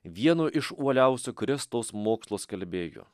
vienu iš uoliausių kristaus mokslo skelbėju